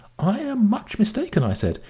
i am much mistaken i said,